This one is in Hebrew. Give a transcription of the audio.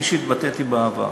כפי שהתבטאתי בעבר,